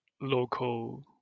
local